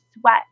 sweat